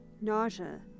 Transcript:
nausea